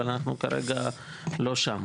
אבל אנחנו כרגע לא שם.